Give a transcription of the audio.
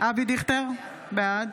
בעד